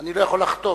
אני לא יכול לחתום.